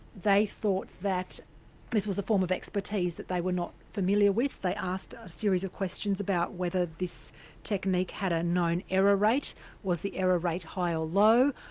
they thought that this was a form of expertise that they were not familiar with, they asked ah a series of questions about whether this technique had a known error rate was the error rate high or low?